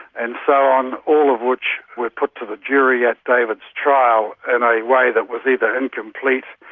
and so on, all of which were put to the jury at david's trial, in a way that was either incomplete,